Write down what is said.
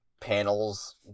panels